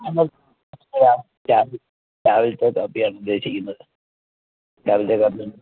രാവിലത്തെ കാപ്പിയാണ് ഉദ്ദേശിക്കുന്നത് രാവിലെ കാപ്പി